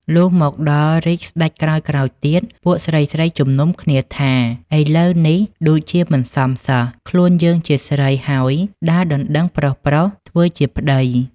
លុះមកដល់រាជ្យសេ្តច ក្រោយៗទៀត ពួកស្រីៗជំនុំគ្នាថា «ឥឡូវនេះដូចជាមិនសមសោះ ខ្លួនយើងជាស្រីហើយដើរដណ្តឹងប្រុសៗ ធ្វើជាប្តី